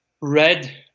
red